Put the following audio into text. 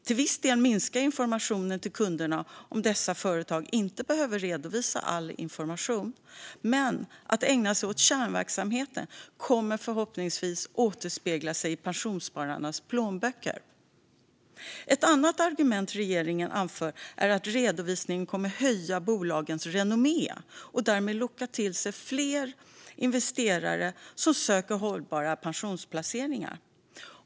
Till viss del minskar informationen till kunderna om dessa företag inte behöver redovisa all information. Men att de ägnar sig åt kärnverksamheten kommer förhoppningsvis att återspeglas i pensionsspararnas plånböcker. Ett annat argument som regeringen anför är att redovisningen kommer att höja bolagens renommé och därmed locka till sig fler investerare som söker hållbara pensionsplaceringar.